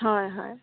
হয় হয়